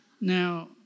Now